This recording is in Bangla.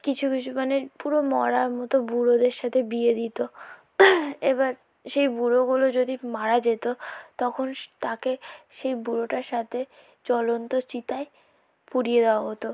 কিছু কিছু মানে পুরো মরার মতো বুড়োদের সাথে বিয়ে দিত এবার সেই বুড়োগুলো যদি মারা যেত তখন তাকে সেই বুড়োটার সাথে জ্বলন্ত চিতায় পুড়িয়ে দেওয়া হতো